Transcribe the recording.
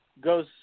goes